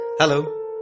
Hello